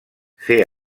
fer